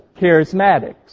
charismatics